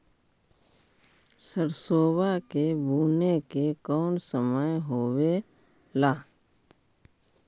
सरसोबा के बुने के कौन समय होबे ला?